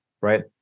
right